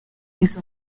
izo